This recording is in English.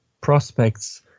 prospects